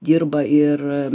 dirba ir